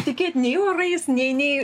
tikėt nei orais nei nei